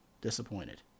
disappointed